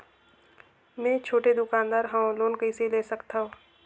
मे छोटे दुकानदार हवं लोन कइसे ले सकथव?